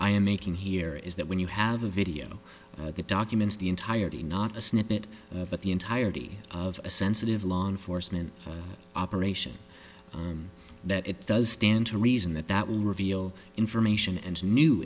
i am making here is that when you have a video that documents the entirety not a snippet but the entirety of a sensitive law enforcement operation on that it does stand to reason that that will reveal information and new